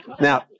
Now